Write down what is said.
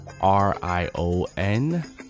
r-i-o-n